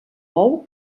bou